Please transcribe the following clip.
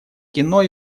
кино